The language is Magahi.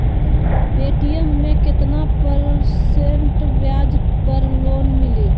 पे.टी.एम मे केतना परसेंट ब्याज पर लोन मिली?